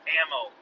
ammo